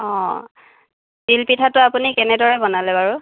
অঁ তিল পিঠাটো আপুনি কেনেদৰে বনালে বাৰু